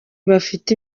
bafite